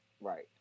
Right